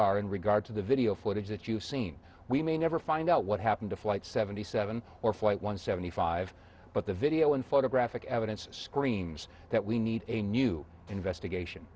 are in regard to the video footage that you've seen we may never find out what happened to flight seventy seven or flight one seventy five but the video and photographic evidence screams that we need a new investigation